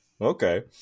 okay